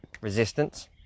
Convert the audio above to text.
resistance